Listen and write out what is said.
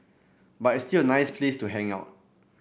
but it's still a nice place to hang out